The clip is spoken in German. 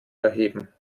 erheben